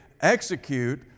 execute